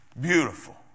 beautiful